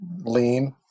lean